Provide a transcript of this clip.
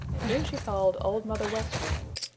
and then she called old mother west wind.